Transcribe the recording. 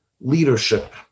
leadership